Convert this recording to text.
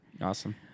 Awesome